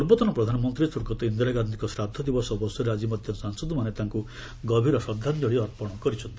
ପୂର୍ବତନ ପ୍ରଧାନମନ୍ତ୍ରୀ ସ୍ୱର୍ଗତ ଇନ୍ଦିରାଗାନ୍ଧିଙ୍କ ଶ୍ରାଦ୍ଧ ଦିବସ ଅବସରରେ ଆଜି ମଧ୍ୟ ସାଂସଦମାନେ ତାଙ୍କୁ ଗଭୀର ଶ୍ରଦ୍ଧାଞ୍ଚଳି ଅର୍ପଣ କରିଛନ୍ତି